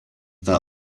that